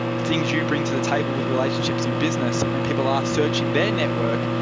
things you bring to the table with relationships in business. so when people are searching their network,